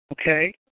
Okay